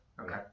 Okay